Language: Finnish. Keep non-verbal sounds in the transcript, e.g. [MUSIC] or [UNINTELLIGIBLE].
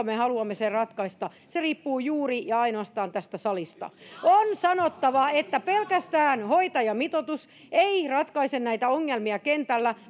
[UNINTELLIGIBLE] me haluamme sen ratkaista riippuu juuri ja ainoastaan tästä salista on sanottava että pelkästään hoitajamitoitus ei ratkaise näitä ongelmia kentällä